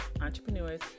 entrepreneurs